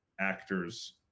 actors